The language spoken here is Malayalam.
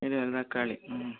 തക്കാളി